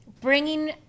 bringing –